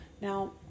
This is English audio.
now